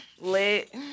lit